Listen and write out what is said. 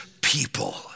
people